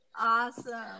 awesome